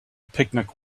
picnic